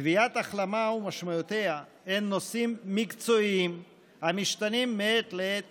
קביעת החלמה ומשמעויותיה הן נושאים מקצועיים המשתנים מעת לעת